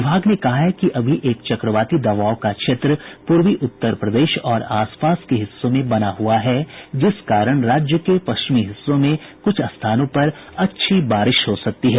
विभाग ने कहा है कि अभी एक चक्रवाती दबाव का क्षेत्र पूर्वी उत्तर प्रदेश और आसपास के हिस्सों में बना हुआ है जिस कारण राज्य के पश्चिमी हिस्सों में कुछ स्थानों पर अच्छी बारिश हो सकती है